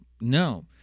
no